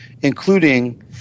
including